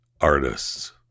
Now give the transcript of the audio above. artists